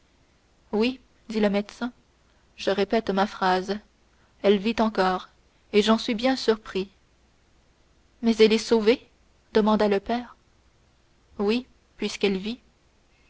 oui dit le médecin je répète ma phrase elle vit encore et j'en suis bien surpris mais elle est sauvée demanda le père oui puisqu'elle vit